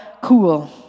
cool